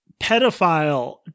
pedophile